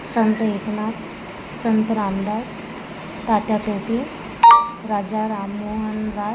संत एकनाथ संत रामदास तात्या टोपे राजा राममोहन राय